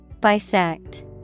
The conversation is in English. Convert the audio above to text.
Bisect